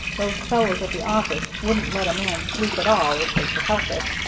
those fellows at the office wouldn't let a man sleep at all if they could help it.